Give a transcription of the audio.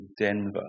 Denver